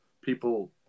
people –